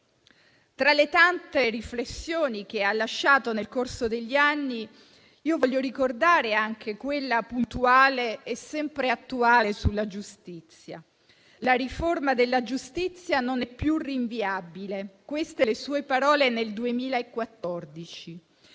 Tra le tante riflessioni che ha lasciato nel corso degli anni voglio ricordare anche quella puntuale e sempre attuale sulla giustizia. «La riforma della giustizia non è più rinviabile». Deve essere compito